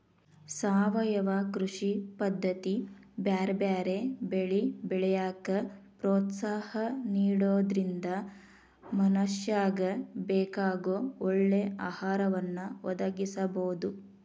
ಸಾವಯವ ಕೃಷಿ ಪದ್ದತಿ ಬ್ಯಾರ್ಬ್ಯಾರೇ ಬೆಳಿ ಬೆಳ್ಯಾಕ ಪ್ರೋತ್ಸಾಹ ನಿಡೋದ್ರಿಂದ ಮನಶ್ಯಾಗ ಬೇಕಾಗೋ ಒಳ್ಳೆ ಆಹಾರವನ್ನ ಒದಗಸಬೋದು